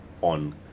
on